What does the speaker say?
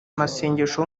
masengesho